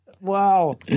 Wow